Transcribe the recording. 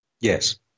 Yes